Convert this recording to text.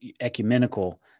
ecumenical